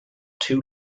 two